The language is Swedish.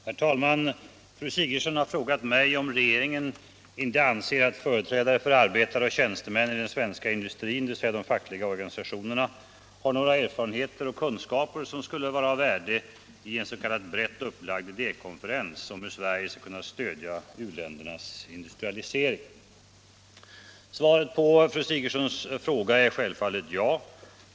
Herr talman! Fru Sigurdsen har frågat mig om regeringen inte anser att företrädare för arbetare och tjänstemän i den svenska industrin, dvs. de fackliga organisationerna, har några erfarenheter och kunskaper som skulle vara av värde i en s.k. brett upplagd idékonferens om hur Sverige skall kunna stödja u-ländernas industrialisering. Svaret på fru Sigurdsens fråga är självfallet ja.